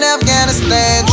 Afghanistan